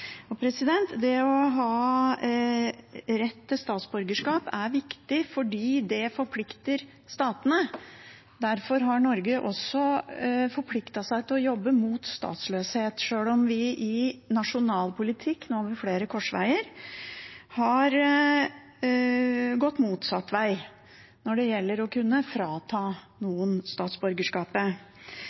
Det å ha rett til statsborgerskap er viktig, fordi det forplikter statene. Derfor har Norge også forpliktet seg til å jobbe mot statsløshet, sjøl om vi i nasjonal politikk nå, ved flere korsveier, har gått motsatt vei når det gjelder å kunne frata noen statsborgerskapet.